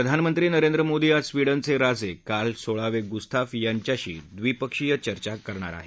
प्रधानमंत्री नरेंद्र मोदी आज स्वीडनघे राजे कार्ल सोळावे गुस्ताफ यांच्याशी द्विपक्षीय चर्चा करणार आहेत